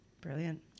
Brilliant